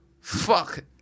Fuck